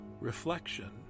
Reflection